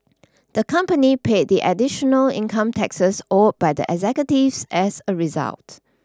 the company paid the additional income taxes owed by the executives as a result